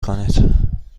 کنید